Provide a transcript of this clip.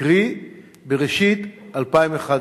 קרי בראשית 2011,